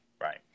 right